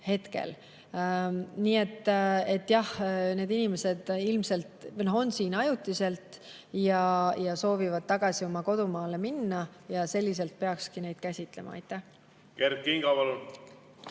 Nii et jah, need inimesed on siin ilmselt ajutiselt, nad soovivad tagasi oma kodumaale minna ja selliselt peakski neid käsitlema. Aitäh! Kõigepealt